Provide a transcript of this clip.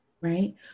right